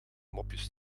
mopjes